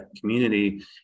community